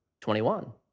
21